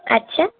আচ্ছা